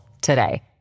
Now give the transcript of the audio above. today